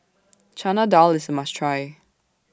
Chana Dal IS A must Try